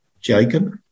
Jacob